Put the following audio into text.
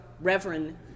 Reverend